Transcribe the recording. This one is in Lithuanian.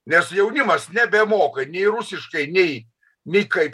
nes jaunimas nebemoka nei rusiškai nei nei kaip